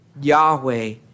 Yahweh